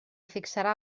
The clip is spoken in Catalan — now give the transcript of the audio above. fixarà